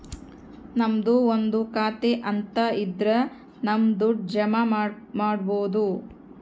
ನಮ್ದು ಒಂದು ಖಾತೆ ಅಂತ ಇದ್ರ ನಮ್ ದುಡ್ಡು ಜಮ ಮಾಡ್ಬೋದು